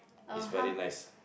is very nice